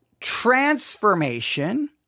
transformation